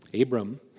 Abram